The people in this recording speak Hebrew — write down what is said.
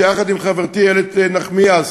שיחד עם חברתי איילת נחמיאס